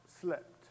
slept